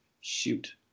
Shoot